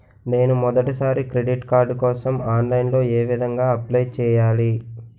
నేను మొదటిసారి credit card కోసం ఆన్లైన్ లో ఏ విధంగా అప్లై చేయాలి?